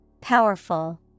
Powerful